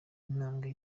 intambwe